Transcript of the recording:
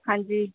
ਹਾਂਜੀ